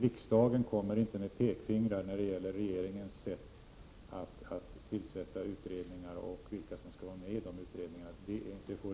Riksdagen kommer inte med pekpinnar när regeringen tillsätter utredningar och bestämmer vilka som skall vara med i dem.